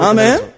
Amen